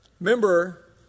Remember